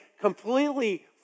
completely